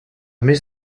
més